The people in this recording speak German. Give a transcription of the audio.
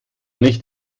nicht